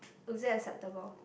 is it acceptable